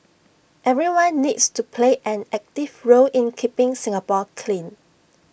everyone needs to play an active role in keeping Singapore clean